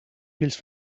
fills